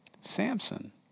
Samson